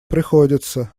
приходится